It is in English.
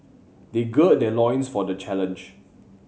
they gird their loins for the challenge